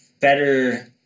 better